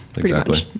exactly.